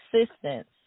assistance